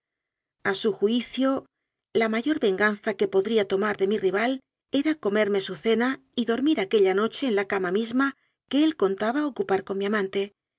su juicio la mayor venganza que podría tomar de mi rival era comerme su cena y dormir aquella noche en la cama misma que él contaba ocupar con mi amante